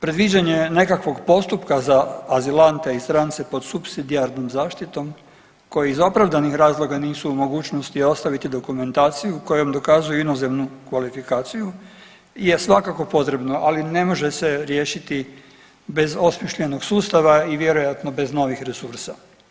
Predviđanje nekakvog postupka za azilante i strance pod supsidijarnom zaštitom koji iz opravdanih razloga nisu u mogućnosti ostaviti dokumentaciju kojom dokazuju inozemnu kvalifikaciju je svakako potrebno, ali ne može se riješiti bez osmišljenog sustava i vjerojatno bez novih resursa.